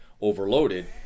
overloaded